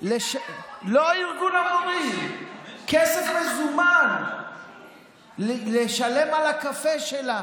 לא ארגון המורים, כסף מזומן לשלם על הקפה שלה